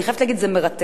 אני חייבת להגיד, זה מרתק.